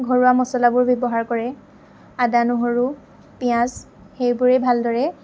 ঘৰুৱা মছলাবোৰ ব্যৱহাৰ কৰে আদা নহৰু পিঁয়াজ সেইবোৰেই ভালদৰে